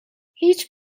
هیچ